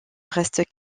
reste